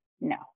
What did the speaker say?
No